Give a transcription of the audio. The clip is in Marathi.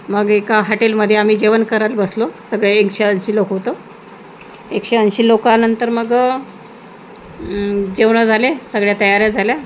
मग एका हॉटेलमध्ये आम्ही जेवण करायला बसलो सगळे एकशे ऐंशी लोक होतो एकशे ऐंशी लोकांनंतर मग जेवण झाले सगळ्या तयाऱ्या झाल्या